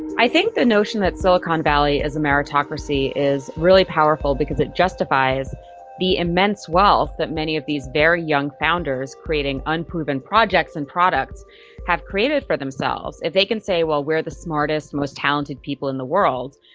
i think the notion that silicon valley is a meritocracy is really powerful because it justifies the immense wealth that many of these very young founders creating unproven projects and products have created for themselves. if they can say, well, we're the smartest and most talented people in the world,